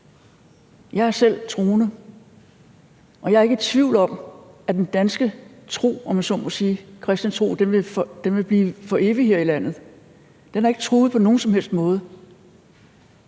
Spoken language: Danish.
Jeg er selv troende, og jeg er ikke i tvivl om, at den danske tro, om jeg så må sige, den kristne tro vil blive for evigt her i landet. Den er ikke truet på nogen som helst måde.